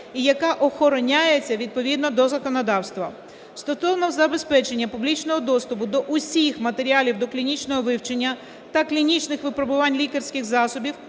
і яка охороняється відповідно до законодавства. Стосовно забезпечення публічного доступу до всіх матеріалів доклінічного вивчення та клінічних випробувань лікарських засобів,